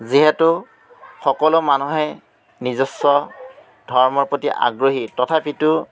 যিহেতু সকলো মানুহেই নিজস্ব ধৰ্মৰ প্ৰতি আগ্ৰহী তথাপিতো